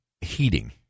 heating